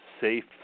safe